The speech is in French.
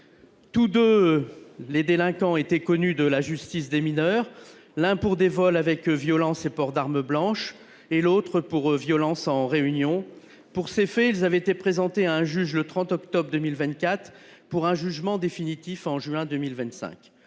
Ces deux délinquants étaient connus de la justice des mineurs, l’un pour des vols avec violence et port d’arme blanche, l’autre pour violence en réunion. Pour ces faits, ils avaient été présentés à un juge le 30 octobre 2024, en vue d’un jugement définitif prévu pour juin 2025.